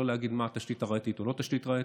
לא להגיד מה התשתית הראייתית או לא התשתית הראייתית.